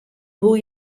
woe